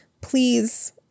please